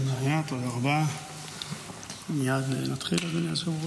ירון לוי (יש עתיד): מייד נתחיל, אדוני היושב-ראש.